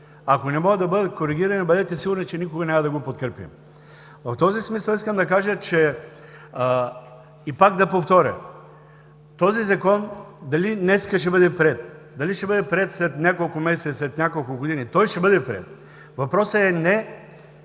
Ако не могат да бъдат коригирани, бъдете сигурни, че никога няма да го подкрепим. В този смисъл искам да кажа и пак да повторя – този Закон, дали днес ще бъде приет, дали ще бъде приет след няколко месеца, след няколко години, той ще бъде приет. Въпросът е не